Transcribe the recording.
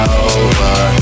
over